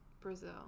Brazil